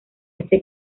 este